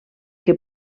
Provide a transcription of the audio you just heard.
que